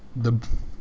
the b~